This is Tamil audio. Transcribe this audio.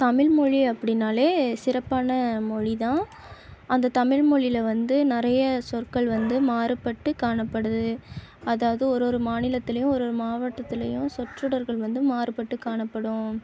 தமிழ் மொழி அப்படின்னாலே சிறப்பான மொழி தான் அந்த தமிழ் மொழியில் வந்து நிறைய சொற்கள் வந்து மாறுபட்டு காணப்படுது அதாவது ஒரு ஒரு மாநிலத்திலியும் ஒரு ஒரு மாவட்டத்திலியும் சொற்றொடர்கள் வந்து மாறுபட்டு காணப்படும்